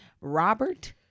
Robert